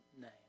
name